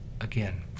again